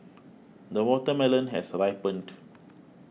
the watermelon has ripened